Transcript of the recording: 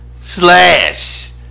Slash